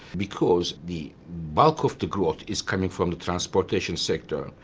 because the bulk of the growth is coming from the transportation sector,